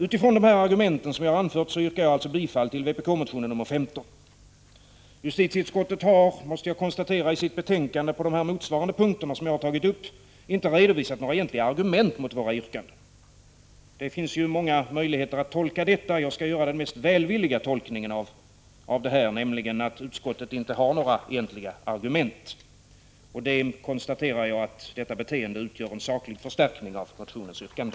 Utifrån de argument som jag har anfört yrkar jag bifall till vpk-motion 15. Justitieutskottet har på motsvarande punkter i sitt betänkande inte redovisat några egentliga argument mot våra yrkanden. Det finns många möjligheter att tolka detta. Jag skall göra den mest välvilliga tolkningen, nämligen att utskottet inte har några argument. Jag konstaterar att detta beteende av utskottet utgör en saklig förstärkning av yrkandena i motionen.